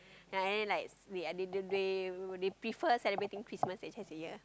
ya and then like we they they they they prefer celebrating Christmas actually the year